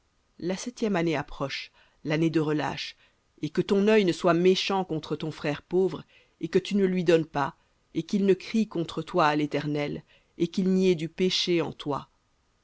la septième année approche l'année de relâche et que ton œil ne soit méchant contre ton frère pauvre et que tu ne lui donnes pas et qu'il ne crie contre toi à l'éternel et qu'il n'y ait du péché en toi